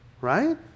right